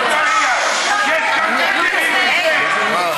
חברת הכנסת זהבה גלאון,